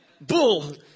Bull